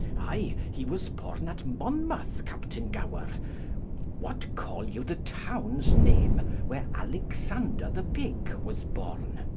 i, hee was porne at monmouth captaine gower what call you the townes name where alexander the pig was borne?